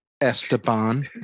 Esteban